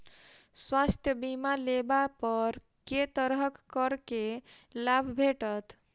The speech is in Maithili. स्वास्थ्य बीमा लेबा पर केँ तरहक करके लाभ भेटत?